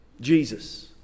Jesus